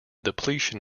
depletion